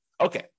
okay